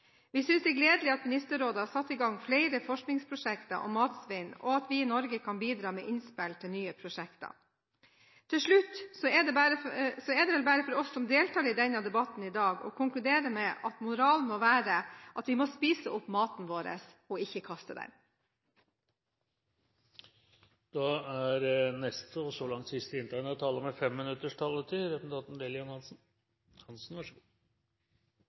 gledelig at Ministerrådet har satt i gang flere forskningsprosjekter om matsvinn, og at vi i Norge kan bidra med innspill til nye prosjekter. Til slutt er det vel bare for oss som deltar i debatten i dag, å konkludere med at moralen må være at vi må spise opp maten vår og ikke kaste den. Jeg vil også takke interpellanten, Sonja Mandt, for å ha satt denne saken på dagsordenen. Jeg har tenkt å begynne sånn som representanten